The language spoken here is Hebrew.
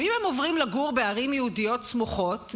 אם הם עוברים לגור בערים יהודיות סמוכות,